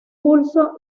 pulso